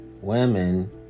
women